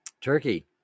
Turkey